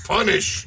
Punish